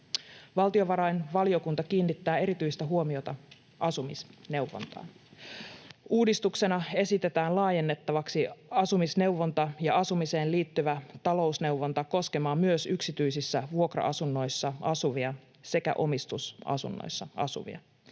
Valtiovarainvaliokunta kiinnittää erityistä huomiota asumisneuvontaan. Uudistuksena esitetään laajennettavaksi asumisneuvontaan ja asumiseen liittyvä talousneuvonta koskemaan myös yksityisissä vuokra-asunnoissa asuvia sekä omistusasunnoissa asuvia,